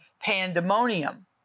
pandemonium